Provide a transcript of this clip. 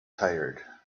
tired